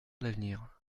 l’avenir